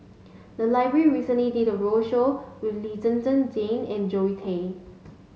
the library recently did a roadshow with Lee Zhen Zhen Jane and Zoe Tay